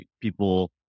people